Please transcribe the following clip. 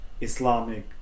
Islamic